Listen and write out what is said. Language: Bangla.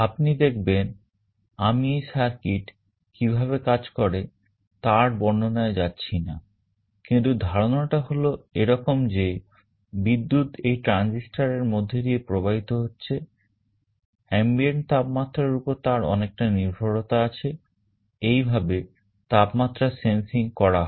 আপনি দেখবেন আমি এই circuit কিভাবে কাজ করে তার বর্ণনায় যাচ্ছি না কিন্তু ধারণা টা হলো এরকম যে বিদ্যুৎ এই transistor এর মধ্য দিয়ে প্রবাহিত হচ্ছে ambient তাপমাত্রার উপর তার অনেকটা নির্ভরতা আছে এইভাবে তাপমাত্রার sensing করা হয়